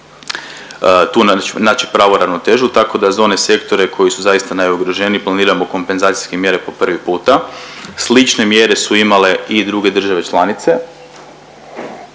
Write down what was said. tu naći pravu ravnotežu, tako da za one sektore koji su zaista najugroženiji planiramo kompenzacijske mjere po prvi puta. Slične mjere su imale i druge države članice